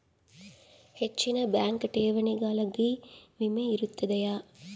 ಹೆಚ್ಚಿನ ಬ್ಯಾಂಕ್ ಠೇವಣಿಗಳಿಗೆ ವಿಮೆ ಇರುತ್ತದೆಯೆ?